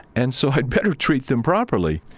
and so i'd better treat them properly.